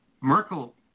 Merkel